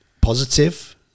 positive